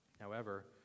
However